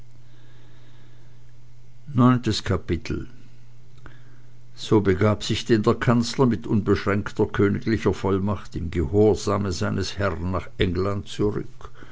geschehe ix so begab sich denn der kanzler mit unbeschränkter königlicher vollmacht im gehorsame seines herrn nach engelland zurück